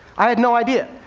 i had no idea!